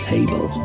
Table